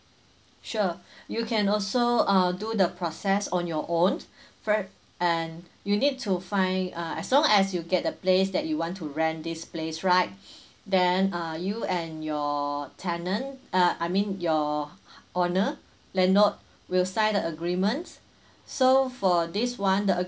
sure you can also uh do the process on your own and you need to find uh as long as you get the place that you want to rent this place right then uh you and your tenant uh I mean your owner landlord will sign the agreement so for this one the